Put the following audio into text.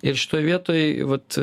ir šitoj vietoj vat